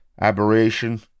aberration